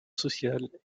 social